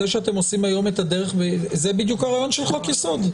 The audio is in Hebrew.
זה שאתם עושים היום את הדרך זה בדיוק הרעיון של חוק-יסוד.